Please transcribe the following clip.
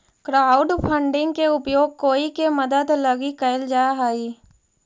crowdfunding के उपयोग कोई के मदद लगी कैल जा हई